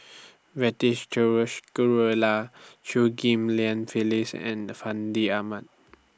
Ghariwala Chew Ghim Lian Phyllis and The Fandi Ahmad